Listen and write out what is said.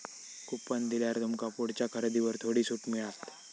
coupon दिल्यार तुमका पुढच्या खरेदीवर थोडी सूट मिळात